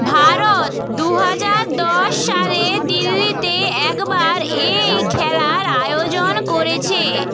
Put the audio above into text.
ভারত দু হাজার দশ সালে দিল্লিতে একবার এই খেলার আয়োজন করেছে